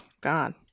God